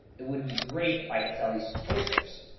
it would be great if i could sell these toy stores.